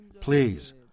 Please